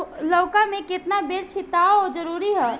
लउका में केतना बेर छिड़काव जरूरी ह?